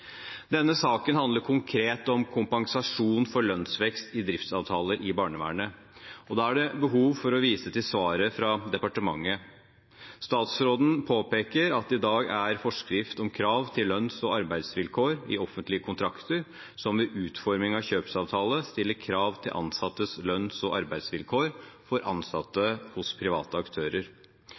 Denne saken handler konkret om kompensasjon for lønnsvekst i driftsavtaler i barnevernet, og da er det behov for å vise til svaret fra departementet. Statsråden påpeker at det i dag er forskrift om krav til lønns- og arbeidsvilkår i offentlige kontrakter som ved utforming av kjøpsavtale stiller krav til ansattes lønns- og arbeidsvilkår for ansatte hos private aktører.